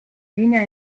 linea